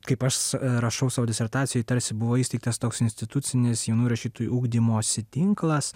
kaip aš rašau savo disertacijoj tarsi buvo įsteigtas toks institucinis jaunų rašytojų ugdymosi tinklas